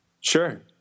Sure